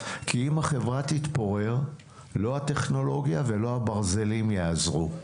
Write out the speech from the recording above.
כי אם החברה תתפורר לא הטכנולוגיה ולא הברזלים יעזרו.